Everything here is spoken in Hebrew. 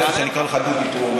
לא יפה שאני קורא לך דודי פה,